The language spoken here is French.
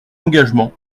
engagement